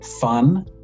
Fun